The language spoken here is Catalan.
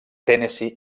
tennessee